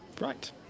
Right